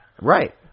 Right